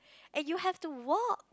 and you have to walk